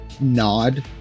nod